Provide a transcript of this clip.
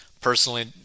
Personally